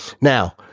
Now